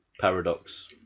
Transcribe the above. paradox